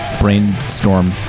Brainstorm